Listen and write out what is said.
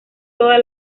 toda